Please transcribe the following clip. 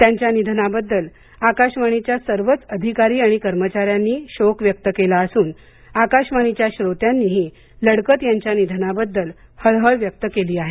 त्यांच्या निधनाबद्दल आकाशवाणीच्या सर्वच अधिकारी आणि कर्मचाऱ्यांनी शोक व्यक्त केला असून आकाशवाणीच्या श्रोत्यांनीही लडकत यांच्या निधनाबद्दल हळहळ व्यक्त केली आहे